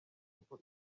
kuko